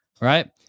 right